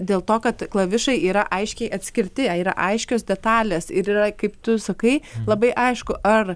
dėl to kad klavišai yra aiškiai atskirti yra aiškios detalės ir yra kaip tu sakai labai aišku ar